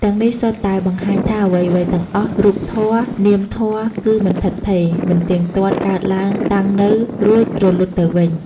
ទាំងនេះសុទ្ធតែបង្ហាញថាអ្វីៗទាំងអស់ រូបធម៌ នាមធម៌ គឺ មិនឋិតថេរ មិនទៀងទាត់ កើតឡើង តាំងនៅ រួចរលត់ទៅវិញ។